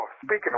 speaking